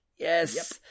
yes